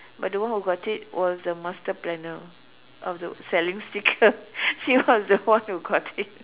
but the one who got it was the master planner of the selling sticker she was the one who got it